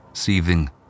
Seething